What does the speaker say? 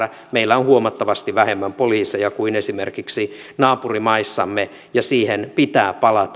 meillä on huomattavasti vähemmän poliiseja kuin esimerkiksi naapurimaissamme ja siihen pitää palata